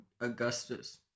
Augustus